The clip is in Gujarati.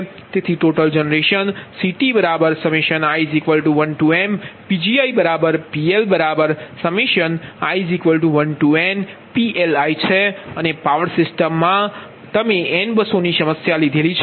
તેથી ટોટલ જનરેશન CTi1mPgiPLi1nPLiછે અને પાવર સિસ્ટમ મા તમે n બસોની સંખ્યા લીધી છે